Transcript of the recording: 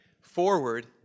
forward